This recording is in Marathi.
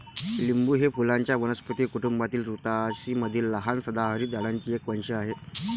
लिंबू हे फुलांच्या वनस्पती कुटुंबातील रुतासी मधील लहान सदाहरित झाडांचे एक वंश आहे